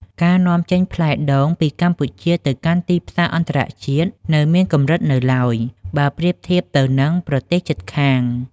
ការនាំចេញផ្លែដូងពីកម្ពុជាទៅកាន់ទីផ្សារអន្តរជាតិនៅមានកម្រិតនៅឡើយ បើប្រៀបធៀបទៅនឹងប្រទេសជិតខាង។